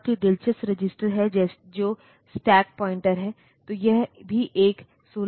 फिर इसके अलावा हमें यह ALE सिग्नल मिला है यह ALE signal address latch enable है